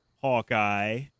Hawkeye